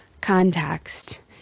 context